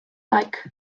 like